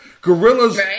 Gorillas